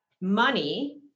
money